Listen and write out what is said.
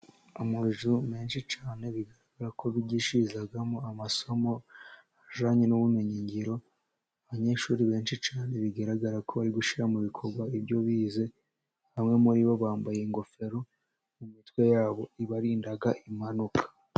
Amazu menshi cyane, bigaragara ko bigishirizamo amasomo ajyanye n'ubumenyi ngiro. Abanyeshuri benshi cyane, bigaragara ko bari gushyira mu bikorwa ibyo bize. Bamwe muri bo, bambaye ingofero mu mitwe yabo, ibarinda impanuka.